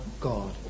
God